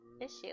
issue